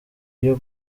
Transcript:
iyo